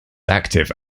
active